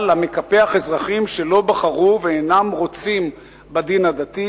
המקפח אזרחים שלא בחרו ולא רוצים בדין הדתי.